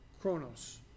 chronos